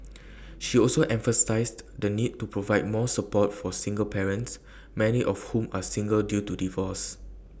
she also emphasised the need to provide more support for single parents many of whom are single due to divorce